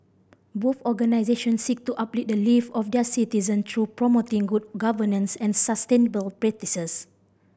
both organisations seek to uplift the live of their citizen through promoting good governance and sustainable practices